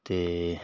ਅਤੇ